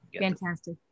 Fantastic